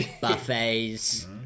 buffets